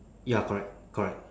ya correct correct